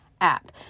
app